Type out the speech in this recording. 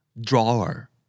Drawer